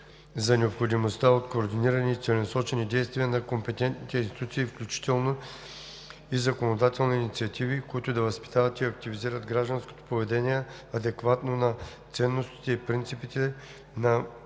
за необходимостта от координирани и целенасочени действия на компетентните институции, включително и законодателни инициативи, които да възпитават и активират гражданско поведение, адекватно на ценностите и принципите на модерната